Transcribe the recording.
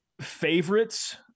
Favorites